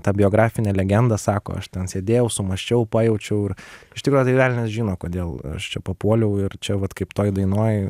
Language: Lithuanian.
ta biografinę legendą sako aš ten sėdėjau sumąsčiau pajaučiau ir iš tikro tai velnias žino kodėl aš čia papuoliau ir čia vat kaip toj dainoj